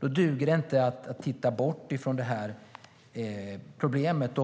Då duger det inte att bortse från det här problemet.